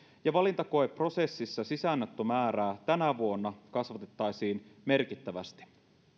ja valintakoeprosessissa sisäänottomäärää tänä vuonna kasvatettaisiin merkittävästi